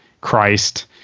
Christ